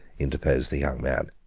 interposed the young man.